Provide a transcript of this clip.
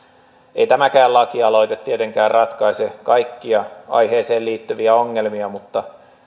ei tämäkään lakialoite tietenkään ratkaise kaikkia aiheeseen liittyviä ongelmia mutta